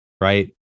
right